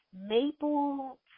maple